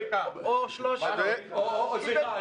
או 300 מיליון.